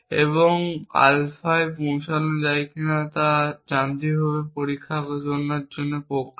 এবং আলফায় পৌঁছানো যায় কিনা তা যান্ত্রিকভাবে পরীক্ষা করার জন্য প্রক্রিয়া